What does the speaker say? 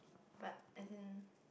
but as in